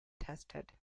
tested